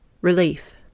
Relief